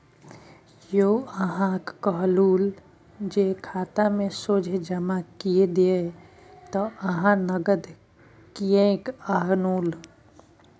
यौ अहाँक कहलहु जे खातामे सोझे जमा कए दियौ त अहाँ नगद किएक आनलहुँ